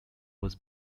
was